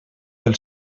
pel